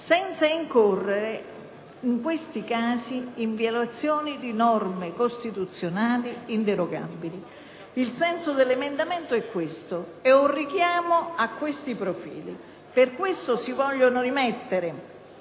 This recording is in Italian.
senza incorrere in violazione di norme costituzionali inderogabili. Il senso dell'emendamento è questo, è un richiamo a questi profili. Per questo si vogliono rimettere